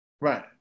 right